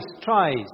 tries